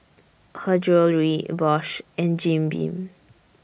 Her Jewellery Bosch and Jim Beam